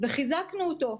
ואכן חיזקנו אותו.